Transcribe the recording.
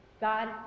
God